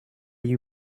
you